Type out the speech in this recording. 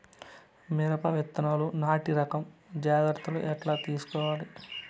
మిరప విత్తనాలు నాటి రకం జాగ్రత్తలు ఎట్లా తీసుకోవాలి?